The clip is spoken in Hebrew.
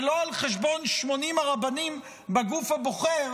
ולא על חשבון 80 הרבנים בגוף הבוחר